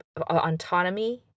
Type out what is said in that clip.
autonomy